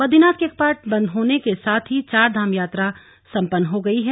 बदरीनाथ के कपाट बंद होने के साथ ही चारधाम यात्रा संपन्न हो गई है